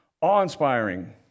awe-inspiring